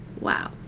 wow